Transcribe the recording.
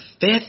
fifth